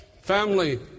family